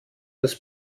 des